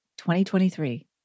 2023